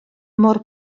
mor